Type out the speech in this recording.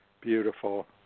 Beautiful